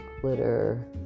glitter